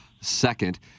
second